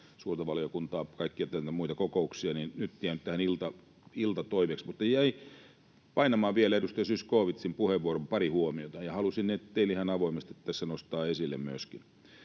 suurta valiokuntaa, kaikkia muita kokouksia, mitä näitä nyt on, niin nyt jäi tähän iltatoimeksi. Jäi painamaan vielä edustaja Zyskowiczin puheenvuoron pari huomiota, ja halusin ne teille ihan avoimesti tässä nostaa myöskin